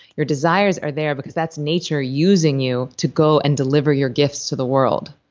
your desires are there because that's nature using you to go and deliver your gifts to the world